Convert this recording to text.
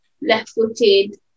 left-footed